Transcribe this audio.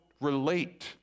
relate